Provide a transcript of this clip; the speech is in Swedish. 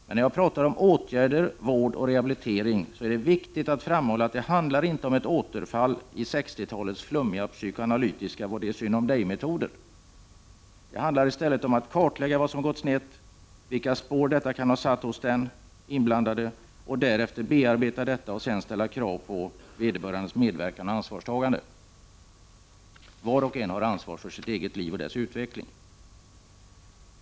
Men när jag talar om åtgärder, vård och rehabilitering, är det viktigt att framhålla att det inte handlar om ett återfall i 60-talets flummiga psykoanalytiska vad-det-är-synd-om-dig-metoder. Det handlar i stället om att kartlägga vad som gått snett och vilka spår detta kan ha satt hos den in blandade och därefter bearbeta detta och ställa krav på vederbörandes medverkan och ansvarstagande. Var och en har ansvar för sitt eget liv och dess utveckling.